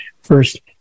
first